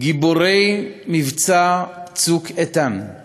גיבורי מבצע "צוק איתן";